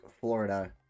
Florida